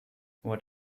what